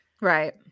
Right